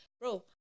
Bro